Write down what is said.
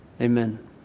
Amen